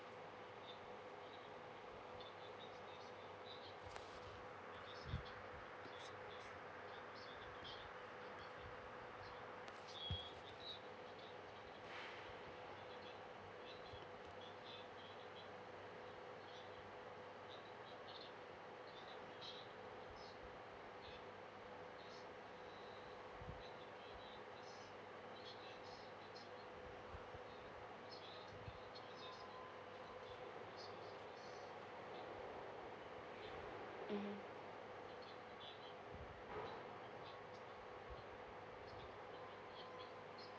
mmhmm